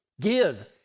Give